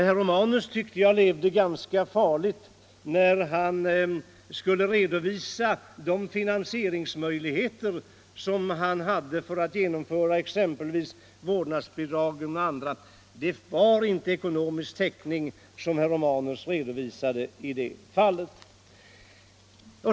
Herr Romanus levde ganska farligt, tycker jag, när han skulle redovisa vilka möjligheter han hade att finansiera exempelvis vårdnadsbidragen. Det fanns inte ekonomisk täckning i den redovisning som herr Romanus gav i det fallet.